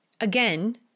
again